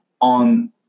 on